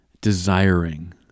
desiring